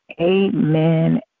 amen